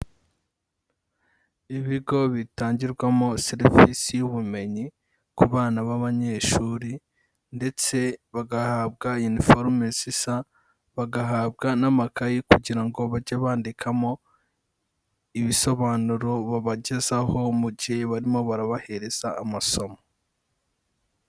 Ibigo bitangirwamo serivisi y'ubumenyi ku bana b'abanyeshuri, ndetse bagahabwa iniforume zisa, bagahabwa n'amakayi kugira ngo bajye bandikamo ibisobanuro babagezaho mu gihe barimo barabahereza amasomo.